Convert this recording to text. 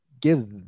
give